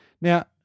Now